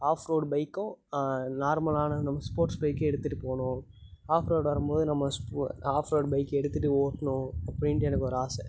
of road பைக்கும் நார்மலான நம்ம ஸ்போர்ட்ஸ் பைக்கு எடுத்துட்டு போகணும் ஆஃப் ரோடு வரும் போது நம்ம ஸ்பு ஆஃப் ரோடு பைக்கை எடுத்துட்டு ஓட்டணும் அப்படின்ட்டு எனக்கொரு ஆசை